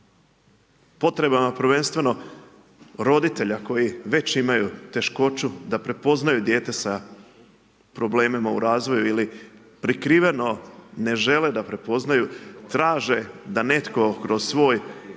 potrebama prvenstveno roditelja koji već imaju teškoću da prepoznaju dijete sa problemima u razvoju ili prikriveno ne žele da prepoznaju, traže da netko kroz svoj